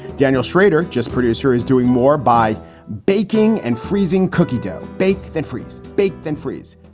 daniel shrader, just producer, is doing more by baking and freezing cookie dough. bake than freeze. bake than freeze.